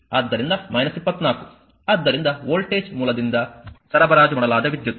ಆದ್ದರಿಂದ 24 ಆದ್ದರಿಂದ ವೋಲ್ಟೇಜ್ ಮೂಲದಿಂದ ಸರಬರಾಜು ಮಾಡಲಾದ ವಿದ್ಯುತ್